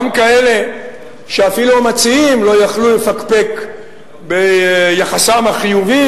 גם כאלה שאפילו המציעים לא יכלו לפקפק ביחסן החיובי,